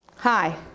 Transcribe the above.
Hi